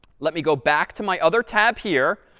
let me go back to my other tab here.